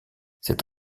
cette